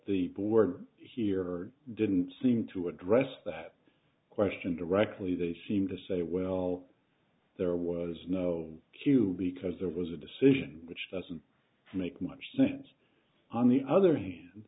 the board here didn't seem to address that question directly they seem to say well there was no q because there was a decision which doesn't make much sense on the other hand